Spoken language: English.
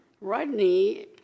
Rodney